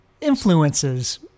influences